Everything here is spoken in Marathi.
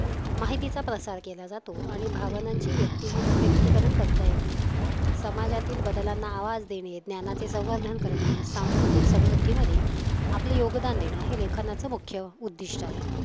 माहितीचा प्रसार केला जातो आणि भावनांची व्यक्तिगित व्यक्तीकरण करता येते समाजातील बदलांना आवाज देणे ज्ञानाचे संवर्धन करणे सांस्कृतिक समृद्धीमध्ये आपले योगदान देणं हे लेखनाचं मुख्य उद्दिष्ट आहे